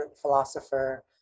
philosopher